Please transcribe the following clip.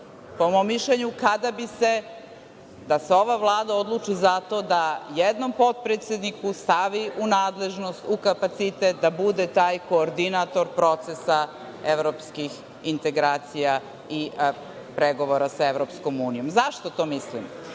po mom mišljenju, da se ova Vlada odluči za to da jednom potpredsedniku stavi u nadležnost, u kapacitet da bude taj koordinator procesa evropskih integracija i pregovora sa Evropskom unijom. Zašto to mislim?